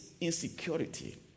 insecurity